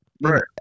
Right